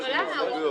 אבל למה?